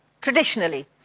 traditionally